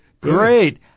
Great